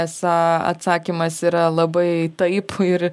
esą atsakymas yra labai taip ir